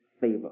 favor